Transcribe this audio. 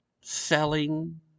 selling